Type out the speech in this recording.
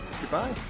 goodbye